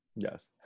Yes